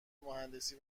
مهندسی